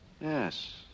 Yes